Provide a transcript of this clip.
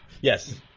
Yes